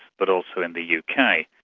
but also in the u. k.